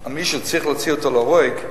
על מי שצריך להוציא אותו להורג,